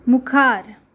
मुखार